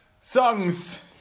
Songs